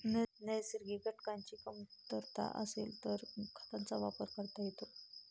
नैसर्गिक घटकांची कमतरता असेल तर खतांचा वापर करता येतो